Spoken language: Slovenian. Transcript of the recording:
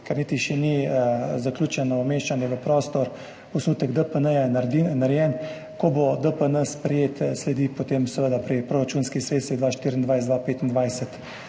ker še ni niti zaključeno umeščanje v prostor. Osnutek DPN je narejen. Ko bo DPN sprejet, sledi potem seveda pri proračunskih sredstvih 2024–2025.